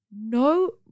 no